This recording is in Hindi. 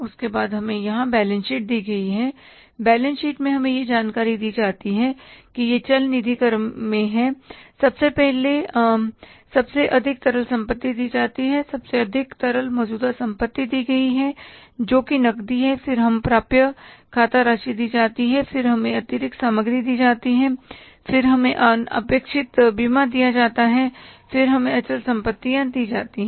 उसके बाद हमें यहाँ बैलेंस शीट दी गई है बैलेंस शीट में हमें यह जानकारी दी जाती है कि यह चल निधि के क्रम में है सबसे पहले सबसे अधिक तरल संपत्ति दी जाती है सबसे अधिक तरल मौजूदा संपत्ति दी गई है जो कि नकदी है फिर हम प्राप्य खाता राशि दी जाती है फिर हमें अतिरिक्त सामग्री दी जाती है फिर हमें अनपेक्षित बीमा दिया जाता है फिर हमें अचल संपत्तियां दी जाती हैं